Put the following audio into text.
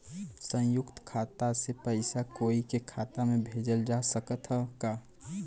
संयुक्त खाता से पयिसा कोई के खाता में भेजल जा सकत ह का?